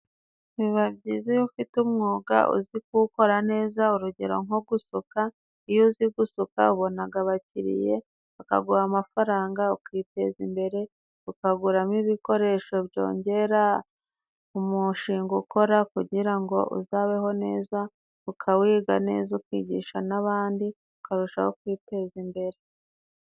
Biba byiza iyo ufite umwuga uzi kuwukora neza urugero nko gusuka iyo uzi gusuka ubonaga abakiriya bakaguha amafaranga ukiteza imbere ukaguramo ibikoresho byongera umushinga ukora kugira ngo uzabeho neza ukawiga neza ukigisha n'abandi ukarushaho kwiteza imbere